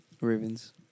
Ravens